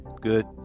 Good